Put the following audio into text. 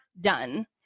done